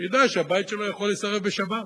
שידע שהבית שלו יכול להישרף בשבת.